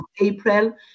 April